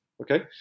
Okay